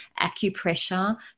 acupressure